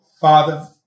Father